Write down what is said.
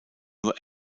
nur